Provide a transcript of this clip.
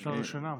נשלל רישיונם.